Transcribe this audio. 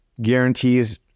guarantees